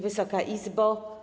Wysoka Izbo!